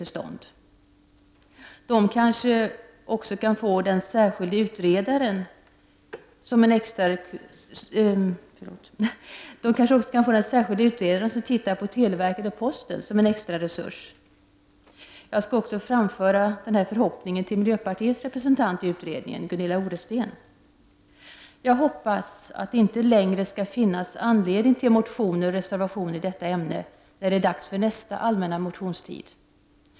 De kan kanske också få den särskilda utredaren som ser på televerket och posten som en extra resurs. Jag skall även framföra den här förhoppningen till miljöpartiets representant i utredningen, Gunilla Oresten. Jag hoppas att det inte längre skall finnas anledning till motioner och reservationer i detta ämne, när det är dags för nästa allmänna motionstid.